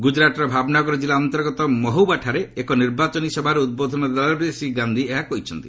ଗୁଜରାଟର ଭାବନଗର ଜିଲ୍ଲା ଅନ୍ତର୍ଗତ ମହୁବାଠାରେ ଏକ ନିର୍ବାଚନୀ ସଭାରେ ଉଦ୍ବୋଧନ ଦେଲାବେଳେ ଶ୍ରୀ ଗାନ୍ଧି ଏହା କହିଛନ୍ତି